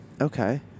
Okay